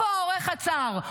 איפה העורך עצר.